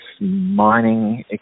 mining